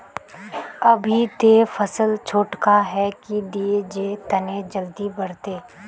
अभी ते फसल छोटका है की दिये जे तने जल्दी बढ़ते?